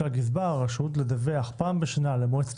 שעל גזבר הרשות לדווח פעם בשנה למועצת